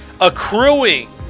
accruing